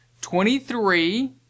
Twenty-three